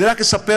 אני רק אספר,